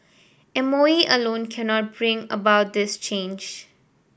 M O E alone cannot bring about this change